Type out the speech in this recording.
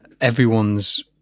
everyone's